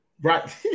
Right